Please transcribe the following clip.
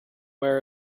where